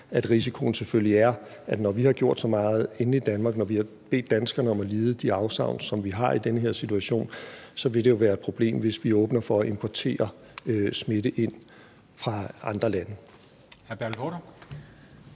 risiko, og når vi har gjort så meget inde i Danmark, når vi har bedt danskerne om at lide de afsavn, som vi har, i den her situation, så vil det jo være et problem, hvis vi åbner for at importere smitte fra andre lande. Kl.